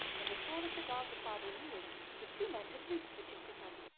and before the cigars required renewing the two men had reached the gipsy camp.